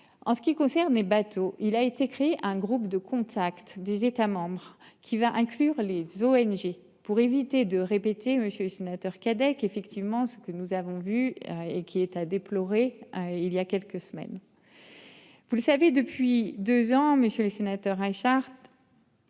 En ce qui concerne les bateaux. Il a été créé un groupe de contact des États qui va inclure les ONG pour éviter de répéter, monsieur le sénateur Cadec effectivement ce que nous avons vu et qui est à déplorer. Il y a quelques semaines. Vous le savez depuis 2 ans, messieurs les sénateurs, Richard.